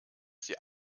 sie